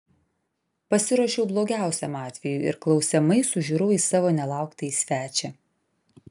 pasiruošiau blogiausiam atvejui ir klausiamai sužiurau į savo nelauktąjį svečią